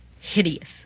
Hideous